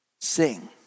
Sing